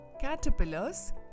caterpillars